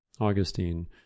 Augustine